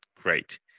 Great